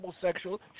homosexual